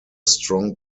strong